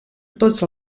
tots